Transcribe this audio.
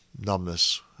numbness